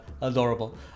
adorable